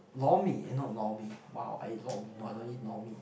Lor-Mee you know Lor-Mee !wow! I eat Lor-Mee wanna eat Lor-Mee